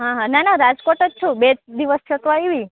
હા હા ના ના રાજકોટ જ છું બે જ દિવસ થયા તો આવી